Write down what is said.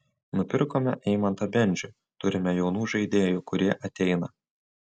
nupirkome eimantą bendžių turime jaunų žaidėjų kurie ateina